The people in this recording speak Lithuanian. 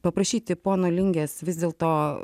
paprašyti pono lingės vis dėlto